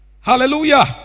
Hallelujah